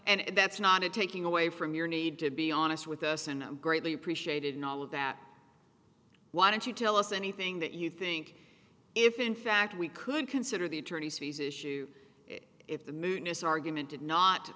and that's not it taking away from your need to be honest with us and i'm greatly appreciated knowledge that why don't you tell us anything that you think if in fact we could consider the attorneys fees issue if the newness argument did not